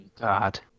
God